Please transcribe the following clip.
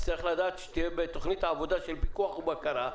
תצטרך לדעת שתהיה בתכנית העבודה של פיקוח ובקרה,